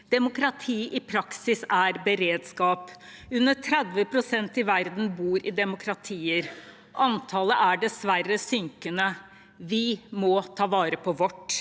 Demokrati i praksis er beredskap. Under 30 pst. i verden bor i demokratier. Antallet er dessverre synkende. Vi må ta vare på vårt.